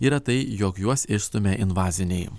yra tai jog juos išstumia invaziniai